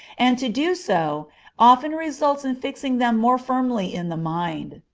and to do so often results in fixing them more firmly in the mind.